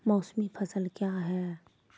मौसमी फसल क्या हैं?